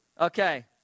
Okay